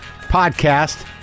podcast